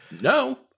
no